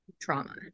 trauma